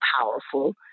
powerful